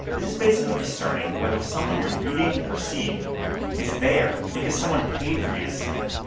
this is basically discerning whether something you're reading or seeing is there because someone paid for you to see it.